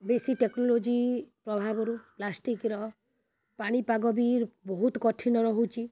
ବେଶୀ ଟେକନୋଲଜି ପ୍ରଭାବରୁ ପ୍ଲାଷ୍ଟିକ୍ର ପାଣିପାଗ ବି ବହୁତ କଠିନ ରହୁଛି